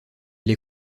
les